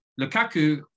Lukaku